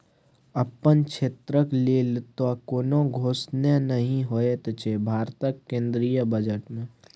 अपन क्षेत्रक लेल तँ कोनो घोषणे नहि होएत छै भारतक केंद्रीय बजट मे